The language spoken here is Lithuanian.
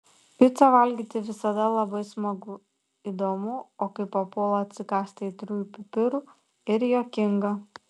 picą valgyti visada labai smagu įdomu o kai papuola atsikąsti aitriųjų pipirų ir juokinga